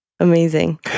amazing